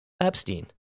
Epstein